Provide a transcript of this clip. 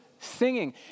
singing